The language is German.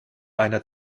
einer